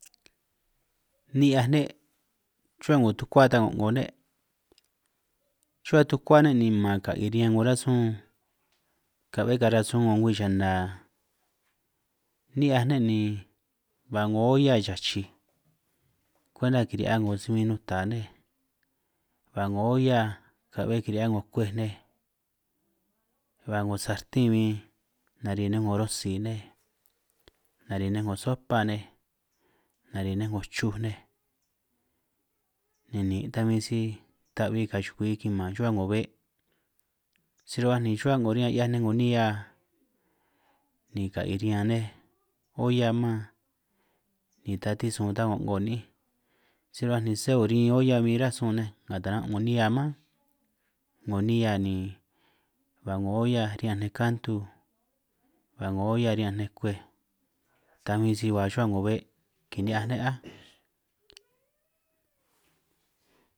Ni'hiaj ne' rruba 'ngo tukua ta go'ngo ne', rruba tukua ne' ni man ka'i riñan 'ngo rasun, ka'be karan sun 'ngo ngwi chana, ni'hiaj ne' ni ba 'ngo olla chachij kuenta kiri'hia 'ngo si bin nuta nej, ba 'ngo olla ka'hue kirihia 'ngo kwej nej, ba 'ngo sartin bin nari nej 'ngo rosij nej, nari nej 'ngo sopa nej, nari nej 'ngo chuj nej, nini' tan bin si ta'bi ka chukwi kiman chuhua 'ngo be', si rruba ni rruhua 'ngo riñan 'hiaj nej nihia ni ka'i riñan nej olla man, ni ta tisun ta ko'ngo nij, si rruba ni se orin olla bin rasun nej nga taran' 'ngo nihia mánj, 'ngo nihia ni ba 'ngo olla ri'ñanj nej kantu, ba 'ngo olla ri'ñanj nej kuej, ta bin si ba rruba 'ngo be' kini'hiaj ne' áj.